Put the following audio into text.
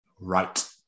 Right